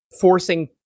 forcing